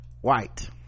white